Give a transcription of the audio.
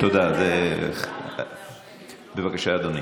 בבקשה, אדוני.